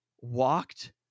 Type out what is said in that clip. walked